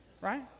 Right